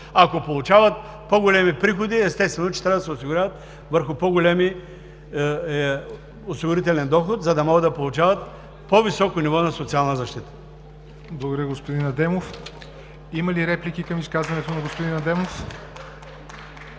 Ако получават по големи приходи, естествено, че трябва да се осигуряват върху по голям осигурителен доход, за да могат да получават по-високо ниво на социална защита.